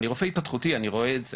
אני רופא התפתחותי, אני רואה את זה.